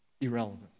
irrelevant